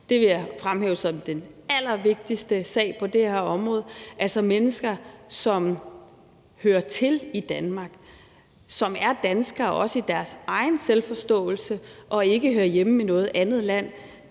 Det vil jeg fremhæve som den allervigtigste sag på det her område. Altså, mennesker, som hører til i Danmark, som er danskere også i deres egen selvforståelse, og som ikke hører hjemme i noget andet land,